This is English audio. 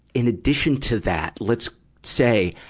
in addition to that, let's say,